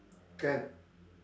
can